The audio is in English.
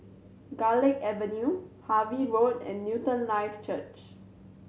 Garlick Avenue Harvey Road and Newton Life Church